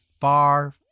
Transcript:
far